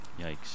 Yikes